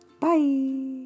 Bye